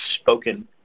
spoken